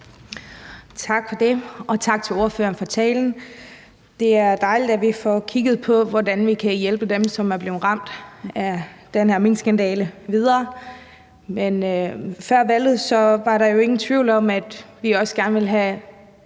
Tak for det, og tak til ordføreren for talen. Det er dejligt, at vi får kigget på, hvordan vi kan hjælpe dem, som er blevet ramt af den her minkskandale, videre. Men før valget var der jo ingen tvivl om, at vi også gerne ville have